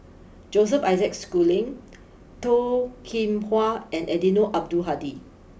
Joseph Isaac Schooling Toh Kim Hwa and Eddino Abdul Hadi